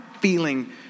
feeling